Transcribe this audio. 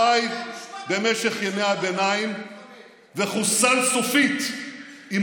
חי במשך ימי הביניים וחוסל סופית עם